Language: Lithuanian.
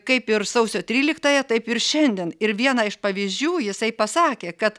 kaip ir sausio tryliktąją taip ir šiandien ir vieną iš pavyzdžių jisai pasakė kad